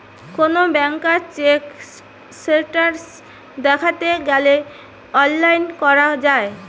কোন ব্যাংকার check status দ্যাখতে গ্যালে অনলাইন করা যায়